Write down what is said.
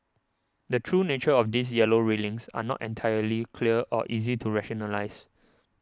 the true nature of these yellow railings are not entirely clear or easy to rationalise